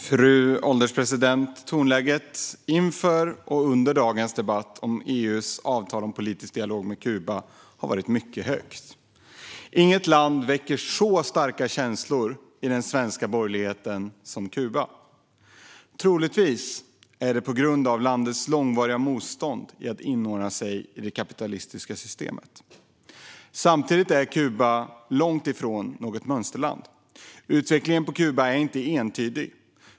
Fru ålderspresident! Tonläget inför och under dagens debatt om EU:s avtal om politisk dialog med Kuba har varit mycket högt. Inget land väcker så starka känslor i den svenska borgerligheten som Kuba. Troligtvis är det på grund av landets långvariga motstånd att inordna sig i det kapitalistiska systemet. Samtidigt är Kuba långt ifrån något mönsterland. Utvecklingen på Kuba är inte entydig.